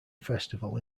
festival